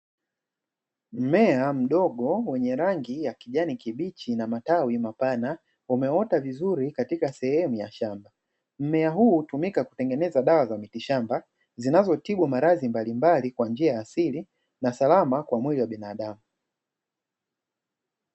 Mmea mdogo wenye rangi ya kijani kibichi na matawi mapana, umeota vizuri katika sehemu ya shamba. Mmea huu hutumika kutengeneza dawa za mitishamba zinazotibu maradhi mbalimbali kwa njia ya siili na salama kwa mwili wa binadamu.